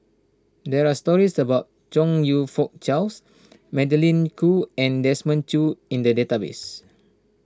there are stories about Chong You Fook Charles Magdalene Khoo and Desmond Choo in the database